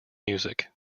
music